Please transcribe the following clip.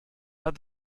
had